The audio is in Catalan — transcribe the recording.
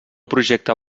projecte